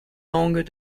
langues